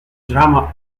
drama